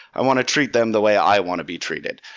i want to treat them the way i want to be treated.